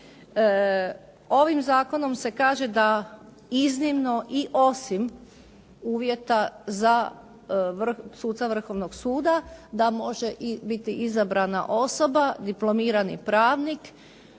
Ovim zakonom se kaže da iznimno i osim uvjeta za suca Vrhovnog suda da može biti i izabrana osoba, diplomirani pravnik